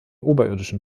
oberirdischen